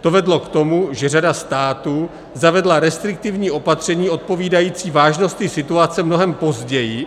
To vedlo k tomu, že řada států zavedla restriktivní opatření odpovídající vážnosti situace mnohem později,